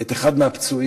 את אחד הפצועים,